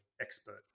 expert